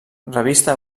revista